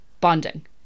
bonding